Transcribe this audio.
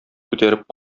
күтәреп